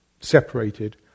separated